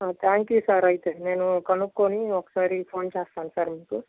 thank you sir అయితే నేను కనుక్కొని ఒకసారి ఫోన్ చేస్తాను సార్ మీకు